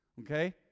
Okay